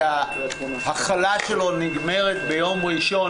שההחלה שלו נגמרת ביום ראשון,